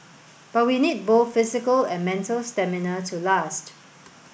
but we need both physical and mental stamina to last